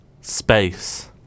space